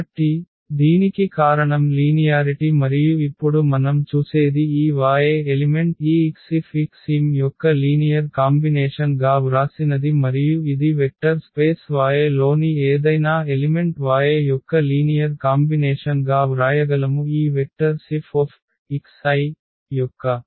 కాబట్టి దీనికి కారణం లీనియారిటి మరియు ఇప్పుడు మనం చూసేది ఈ y ఎలిమెంట్ ఈ x F xm యొక్క లీనియర్ కాంబినేషన్ గా వ్రాసినది మరియు ఇది వెక్టర్ స్పేస్ y లోని ఏదైనా ఎలిమెంట్ y యొక్క లీనియర్ కాంబినేషన్ గా వ్రాయగలము ఈ వెక్టర్స్ F యొక్క